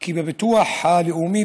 כי בביטוח הלאומי,